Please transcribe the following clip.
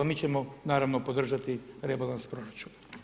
Mi ćemo naravno podržati rebalans proračuna.